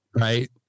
right